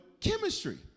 chemistry